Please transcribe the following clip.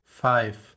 five